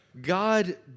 God